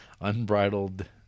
Unbridled